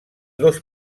dos